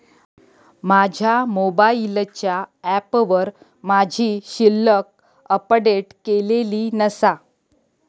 माझ्या मोबाईलच्या ऍपवर माझी शिल्लक अपडेट केलेली नसा